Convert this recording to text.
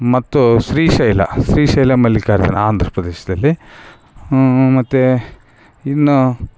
ಮತ್ತು ಶ್ರೀಶೈಲ ಶ್ರೀಶೈಲ ಮಲ್ಲಿಕಾರ್ಜುನ ಆಂಧ್ರಪ್ರದೇಶದಲ್ಲಿ ಮತ್ತು ಇನ್ನು